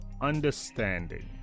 understanding